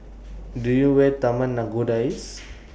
Do YOU Where Taman Nakhodas IS